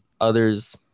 others